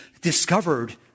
discovered